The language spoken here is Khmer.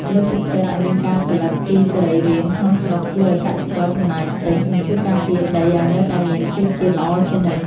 លើកទឹកចិត្តឱ្យមានការផលិតជីសរីរាង្គក្នុងស្រុកជួយឱ្យកសិករចំណាយតិច និង ជួយការពារដីឱ្យនៅតែមានជីជាតិល្អជានិច្ច។